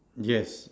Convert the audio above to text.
yes